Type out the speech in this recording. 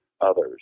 others